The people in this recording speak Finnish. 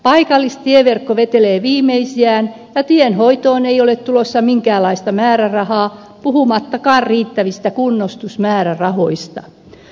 paikallistieverkko vetelee viimeisiään ja tienhoitoon ei ole tulossa minkäänlaista määrärahaa puhumattakaan riittävistä kunnostusmäärärahoista